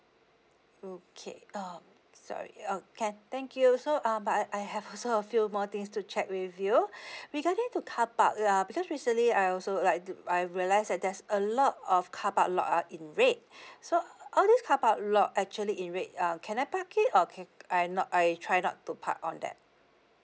okay um sorry uh can thank you so um but I I have also a few more things to check with you regarding to carpark uh because recently I also like do I realise that there's a lot of carpark lot are in red so all this carpark lot actually in red uh can I park it or can I not I try not to park on that